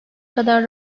kadar